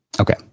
Okay